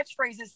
catchphrases